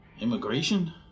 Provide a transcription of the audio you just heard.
Immigration